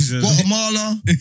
Guatemala